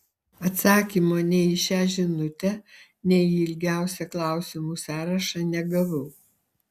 atsakymo nei į šią žinutę nei į ilgiausią klausimų sąrašą negavau